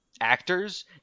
actors